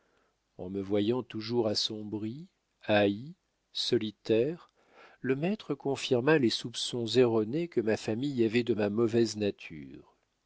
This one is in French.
en me voyant toujours assombri haï solitaire le maître confirma les soupçons erronés que ma famille avait de ma mauvaise nature